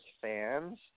fans